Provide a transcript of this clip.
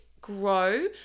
grow